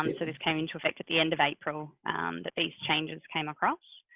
and sort of came into effect at the end of april that these changes came across.